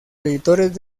editores